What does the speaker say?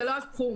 זה לא הסכום.